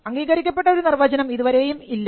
അംഗീകരിക്കപ്പെട്ട ഒരു നിർവചനം ഇരുവരെയും ഇല്ല